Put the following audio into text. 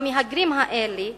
המהגרים האלה,